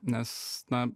nes na